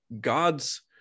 God's